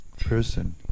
person